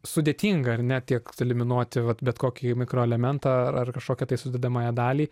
sudėtinga ar ne tiek eliminuoti vat bet kokį mikroelementą ar kažkokią tai sudedamąją dalį